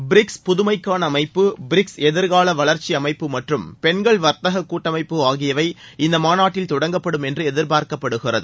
BRICS புதுமைக்கான அமைப்பு BRICS எதிர்கால வளர்ச்சி அமைப்பு மற்றும் பெண்கள் வர்த்தக கூட்டமைப்பு ஆகியவை இந்த மாநாட்டில் தொடங்கப்படும் என்று எதிர்பார்க்கப்படுகிறது